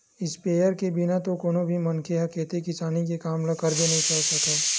sprayer के बिना तो कोनो भी मनखे ह खेती किसानी के काम ल करबे नइ कर सकय